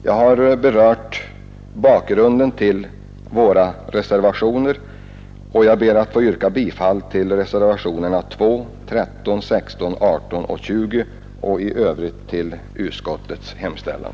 Jag har berört bakgrunden till våra ställningstaganden och ber att få yrka bifall till reservationerna 2, 13, 16, 18 och 20 och i övrigt till utskottets hemställan.